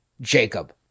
jacob